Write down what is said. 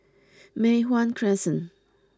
Mei Hwan Crescent